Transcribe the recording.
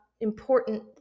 important